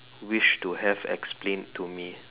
wish to have explained to me